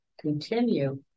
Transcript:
continue